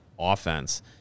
Offense